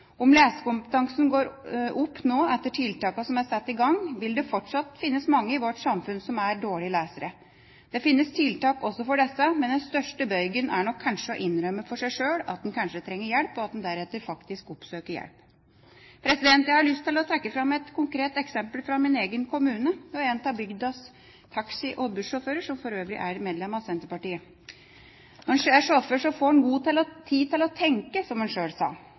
Om lesekompetansen går opp nå etter at tiltak er satt i gang, vil det fortsatt finnes mange i vårt samfunn som er dårlige lesere. Det finnes tiltak også for disse, men den største bøygen er nok kanskje å innrømme for seg sjøl at en trenger hjelp, og at en deretter faktisk oppsøker hjelp. Jeg har lyst til å trekke fram et konkret eksempel fra min egen kommune og en av bygdas taxi- og bussjåfører, som for øvrig er medlem av Senterpartiet. Når en er sjåfør, får en god tid til å tenke, som han sjøl sa.